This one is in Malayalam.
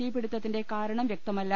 തീപിടുത്ത ത്തിന്റെ കാരണം വൃക്തമല്ല